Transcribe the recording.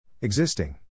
Existing